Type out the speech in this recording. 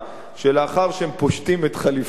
שלאחר שהם פושטים את חליפותיהם,